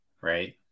right